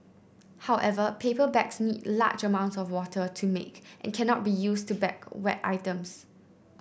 however paper bags need large amounts of water to make and cannot be used to bag wet items